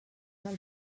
del